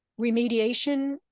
remediation